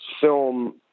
film